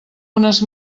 unes